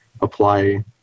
apply